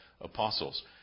apostles